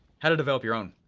how to develop your own.